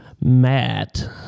Matt